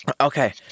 Okay